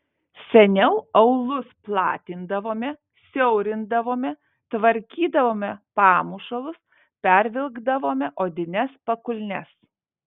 seniau aulus platindavome siaurindavome tvarkydavome pamušalus pervilkdavome odines pakulnes